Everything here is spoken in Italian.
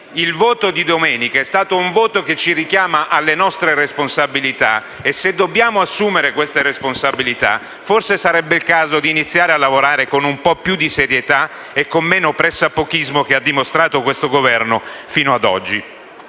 quello di domenica è stato un voto che ci richiama alle nostre responsabilità e se dobbiamo assumere queste responsabilità, forse sarebbe il caso di iniziare a lavorare con un po' più di serietà e con meno pressapochismo, che questo Governo ha dimostrato fino ad oggi.